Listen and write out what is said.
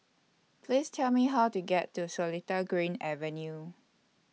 Please Tell Me How to get to Seletar Green Avenue